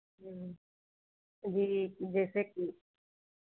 जी जैसे कि